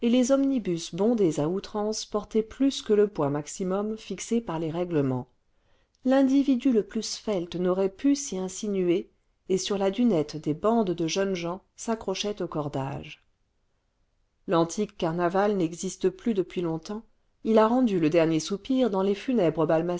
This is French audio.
les omnibus bondés à outrance portaient plus que le poids maximum fixé par les règlements l'individu le plus svelte n'aurait pu s'y insinuer et sur la dunette des bandes de jeunes gens s'accrochaient aux cordages l'antique carnaval n'existe plus depuis longtemps il a rendu le dernier soupir dans les funèbres